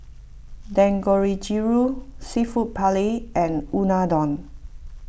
Dangojiru Seafood Paella and Unadon